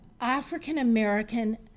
African-American